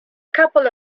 couple